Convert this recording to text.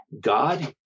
God